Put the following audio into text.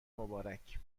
مبارک